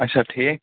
اچھا ٹھیٖک